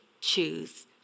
choose